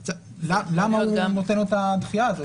למה הוא נותן את הדחייה הזאת?